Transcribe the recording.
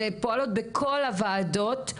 ופועלות בכל הוועדות.